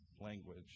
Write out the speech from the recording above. language